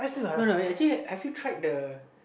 no no actually have you tried the